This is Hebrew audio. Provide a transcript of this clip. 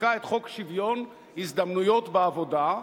חוקקה את חוק שוויון ההזדמנויות בעבודה,